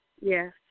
Yes